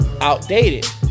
outdated